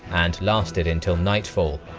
and lasted until nightfall.